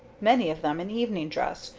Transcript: many of them in evening-dress,